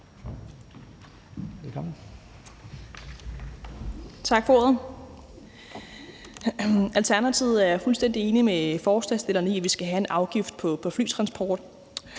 Tak for ordet. Alternativet er fuldstændig enig med forslagsstillerne i, at vi skal have en afgift på flytransport.